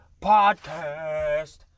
podcast